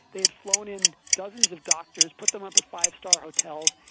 they'd flown in dozens of doctors, put them up at five-star hotels,